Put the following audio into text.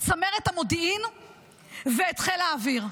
את צמרת המודיעין ואת חיל האוויר.